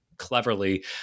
cleverly